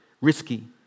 risky